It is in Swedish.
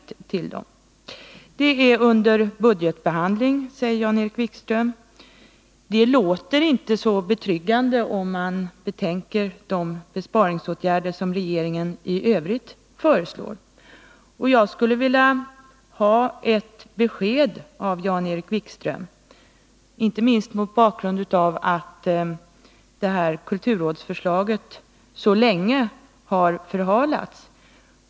Förslaget är under budgetbehandling, säger Jan-Erik Wikström. Det låter inte så betryggande, om man betänker de besparingsåtgärder som regeringen föreslår i övrigt. Jag skulle därför vilja ha ett besked av Jan-Erik Wikström, inte minst mot bakgrund av att behandlingen av det här kulturrådsförslaget har förhalats så länge.